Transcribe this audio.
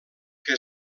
que